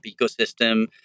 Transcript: ecosystem